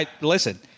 listen